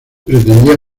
pretendía